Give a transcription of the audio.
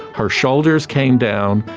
her shoulders came down,